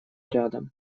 рядом